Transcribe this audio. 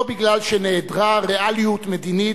לא בגלל שנעדרה ריאליות מדינית,